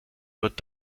wird